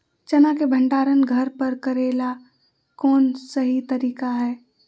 चना के भंडारण घर पर करेले कौन सही तरीका है?